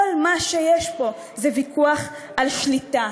כל מה שיש פה זה ויכוח על שליטה.